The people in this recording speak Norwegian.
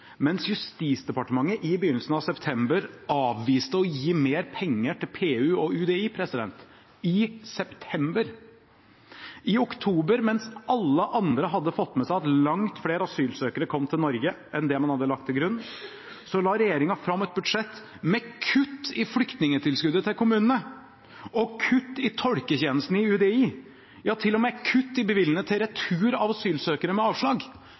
mens Justisdepartementet i begynnelsen av september avviste å gi mer penger til PU og UDI – i september. I oktober, mens alle andre hadde fått med seg at langt flere asylsøkere kom til Norge enn det man hadde lagt til grunn, la regjeringen fram et budsjett med kutt i flyktningtilskuddet til kommunene og kutt i tolketjenestene i UDI, ja til og med kutt i bevilgningene til retur av asylsøkere med avslag